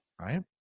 Right